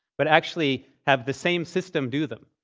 but actually have the same system do them,